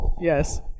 yes